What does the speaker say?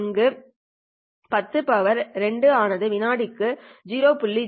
அங்கு உள்ள 10 2 ஆனது வினாடிக்கு 0